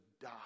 die